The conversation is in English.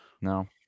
No